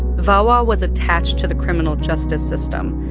vawa was attached to the criminal justice system,